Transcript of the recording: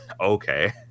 okay